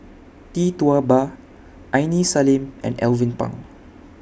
Tee Tua Ba Aini Salim and Alvin Pang